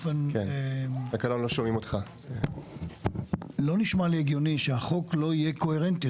לא נשמע לי הגיוני שהחוק לא יהיה קוהרנטי.